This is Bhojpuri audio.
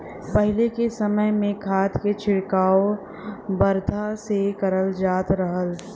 पहिले के समय में खाद के छिड़काव बरधा से करल जात रहल